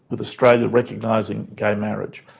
with australia recognising gay marriage.